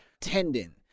tendon